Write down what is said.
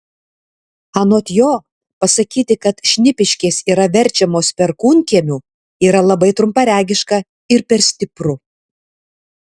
anot jo pasakyti kad šnipiškės yra verčiamos perkūnkiemiu yra labai trumparegiška ir per stipru